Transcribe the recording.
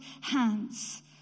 hands